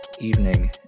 evening